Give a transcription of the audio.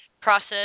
process